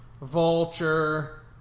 Vulture